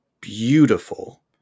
beautiful